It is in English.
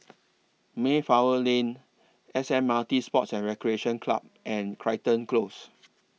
Mayflower Lane S M R T Sports and Recreation Club and Crichton Close